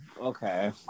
Okay